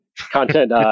content